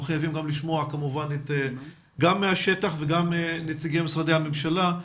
אנחנו רוצים לשמוע גם מהשטח וגם את נציגי משרדי הממשלה.